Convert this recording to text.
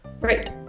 right